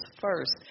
first